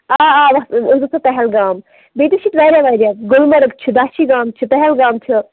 آ آ أسۍ گَژھو پہلگام ببٚیہِ تہِ چھِ ییٚتہِ واریاہ واریاہ جاے گُلمَرگ چھِ داچھی گام چھِ پہلگام چھُو